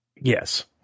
Yes